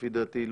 לפי דעתי,